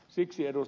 siksi ed